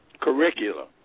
curriculum